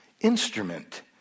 instrument